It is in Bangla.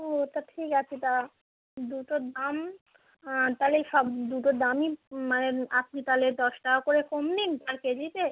ও তা ঠিক আছে তা দুটোর দাম তাহলে সব দুটোর দামই মানে আপনি তাহলে দশ টাকা করে কম দিন পার কেজিতে